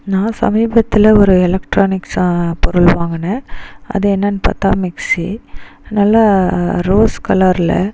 நான் சமயபுரத்தில் ஒரு எலெக்ட்ரானிக்ஸ் பொருள் வாங்கினேன் அது என்னெனான்னு பார்த்தா மிக்ஸி நல்லா ரோஸ் கலரில்